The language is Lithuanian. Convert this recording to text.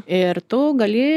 ir tu gali